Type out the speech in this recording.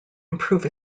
improve